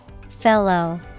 Fellow